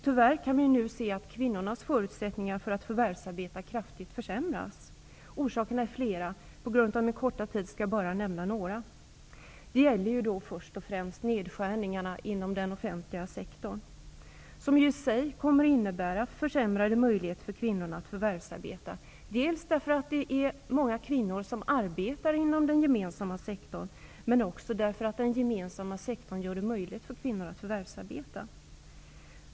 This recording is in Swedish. Tyvärr kan vi nu se att kvinnornas förutsättningar för att förvärvsarbeta kraftigt försämras. Orsakerna är flera. På grund av den korta tiden skall jag bara nämna några. Det gäller först och främst nedskärningarna inom den offentliga sektorn. De kommer i sig att innebära försämrade möjligheter för kvinnorna att förvärvsarbeta därför att många kvinnor arbetar inom den gemensamma sektorn, men också därför att den gemensamma sektorn gör det möjligt för kvinnor att förvärvsarbeta.